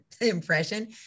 impression